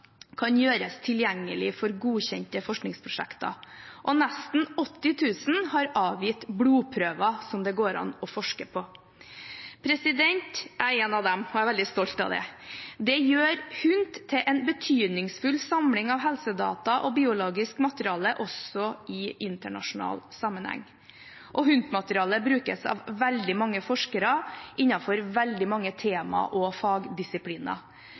kan gjøres tilgjengelige for godkjente forskningsprosjekter, og nesten 80 000 har avgitt blodprøver som det går an å forske på. Jeg er en av dem, og jeg er veldig stolt av det. Det gjør HUNT til en betydningsfull samling av helsedata og biologisk materiale også i internasjonal sammenheng, og HUNT-materialet benyttes av veldig mange forskere innenfor veldig mange temaer og fagdisipliner.